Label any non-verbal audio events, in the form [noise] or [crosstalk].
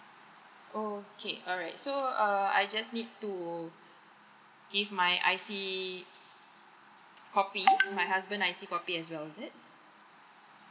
okay alright so err I just need to give my I_C copy [noise] my husband I_C copy as well is it